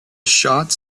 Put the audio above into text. shots